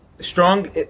strong